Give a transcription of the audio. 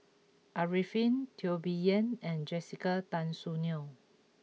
Arifin Teo Bee Yen and Jessica Tan Soon Neo